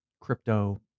Crypto